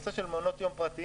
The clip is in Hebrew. בנושא של מעונות יום פרטיים,